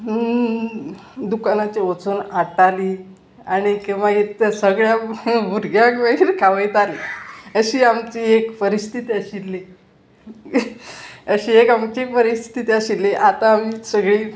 दुकानाचेर वचून हाडटालीं आनीक मागीर ते सगळ्या भुरग्यांक मागीर खावयतालीं अशी आमची एक परिस्थिती आशिल्ली अशी एक आमची परिस्थिती आशिल्ली आतां आमी सगळीं